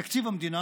בתקציב המדינה,